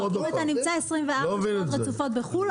אם אתה נמצא 24 שעות רצופות בחו"ל,